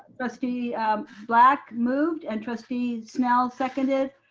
trustee black moved and trustee snell seconded.